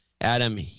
Adam